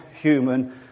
human